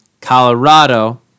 Colorado